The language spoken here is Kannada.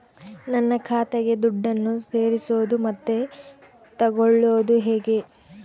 ನನ್ನ ಖಾತೆಗೆ ದುಡ್ಡನ್ನು ಸೇರಿಸೋದು ಮತ್ತೆ ತಗೊಳ್ಳೋದು ಹೇಗೆ?